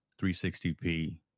360p